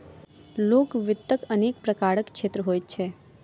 लोक वित्तक अनेक प्रकारक क्षेत्र होइत अछि